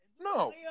No